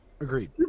Agreed